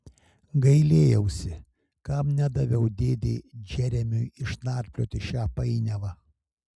gailėjausi kam nedaviau dėdei džeremiui išnarplioti šią painiavą